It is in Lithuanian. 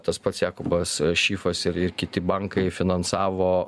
tas pats jakobas šifas ir ir kiti bankai finansavo